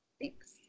Thanks